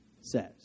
says